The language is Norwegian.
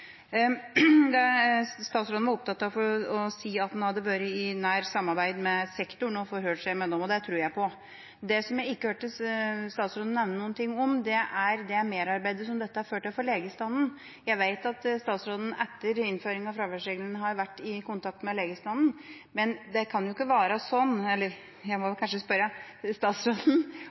god måte. Statsråden var opptatt av å si at han hadde vært i nært samarbeid med sektoren og forhørt seg med dem. Det tror jeg på. Det som jeg ikke hørte statsråden nevne noe om, er det merarbeidet som dette har ført til for legestanden. Jeg vet at statsråden etter innføringen av fraværsregelen har vært i kontakt med legestanden. Jeg må spørre statsråden: Mener han at det skal være sånn